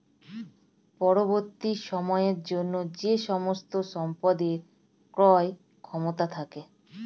পরবর্তী সময়ের জন্য যে সমস্ত সম্পদের ক্রয় ক্ষমতা থাকে